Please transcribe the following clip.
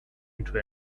into